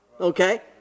okay